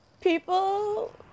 people